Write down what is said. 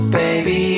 baby